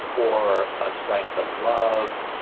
or a strength of love,